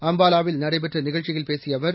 அப்பாவாவில் நடைபெற்ற நிகழ்ச்சியில் பேசிய அவர்